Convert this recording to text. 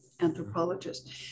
anthropologist